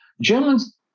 Germans